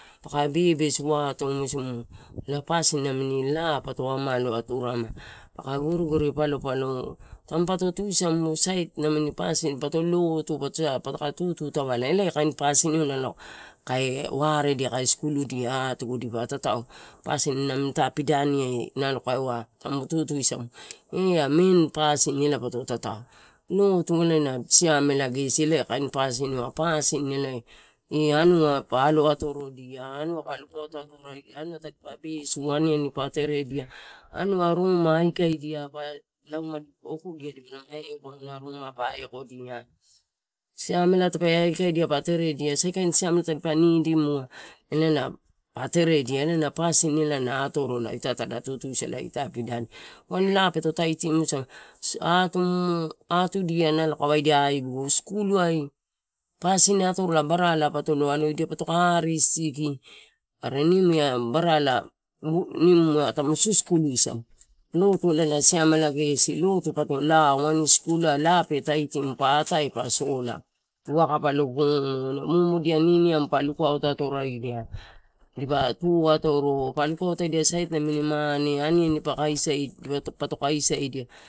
Paka bebesu atumu isi mu anini laa pato, amaloa turarema. Paka gore gore palopalo, tampatu tusamu sait pasin pato lotu pato tusamu elae kain pasiniu kae waredia, kae skuluidia atugu dipa tatao pasin namini ita pidaniai nalo kaua tamu tutusamu ea mein pasin ea pato tatao lotu elae na siamela gesi elae ia kain pasiniua, pasini elae ia anua pa alo otorodia anua pa lukauto atorodia anua tadi pa besu aniani pa teredia, anua ruma aikaidia pa lauma okudia dipalama eko, palama aekodia, siamela tape aikaidia saikain simela tadi pa nidimua ela teredia ena pasin ela na atorola. Ita tada tutusada ita tada tutu sada ita pidani, waini laa peto taitimusamu, atumu atudia nalo kae waidia aibigu skuluai pasin atorola barala pato lo aloidia potoko ari sisiki, are nimu ia barala numu ma tamu susukulu samu lotu ela na siamela gesi, lotu pato loa, waini skul ai laa peto taitimu. Pa atae pa sola waka palo gomo mumudia niniamu pa lukauto atoraidia, uipa tu atoro ia sait nami mane, aniani pato kaisaedia.